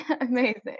Amazing